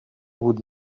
would